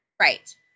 Right